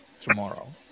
tomorrow